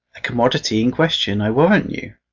a commodity in question, i warrant you.